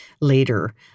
later